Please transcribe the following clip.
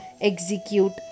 execute